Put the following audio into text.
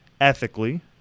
ethically